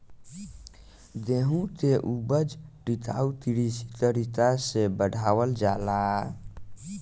गेंहू के ऊपज टिकाऊ कृषि तरीका से बढ़ावल जाता